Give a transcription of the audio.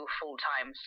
full-time